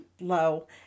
low